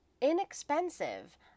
Inexpensive